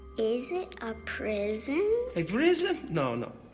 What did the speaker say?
is it a prison? a prison? no, no.